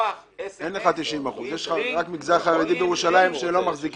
אין לך 90%. רק המגזר החרדי בירושלים לא מחזיק